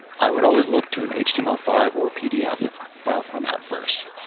i would always look to an h t m l five or pdf file format first.